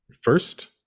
First